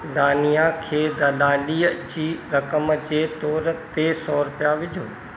दानिआ खे दलालीअ जी रक़म जे तोर ते सौ रुपया विझो